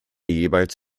jeweils